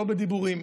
לא בדיבורים.